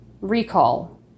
recall